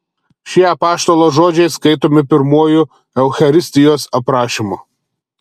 šie apaštalo žodžiai skaitomi pirmuoju eucharistijos aprašymu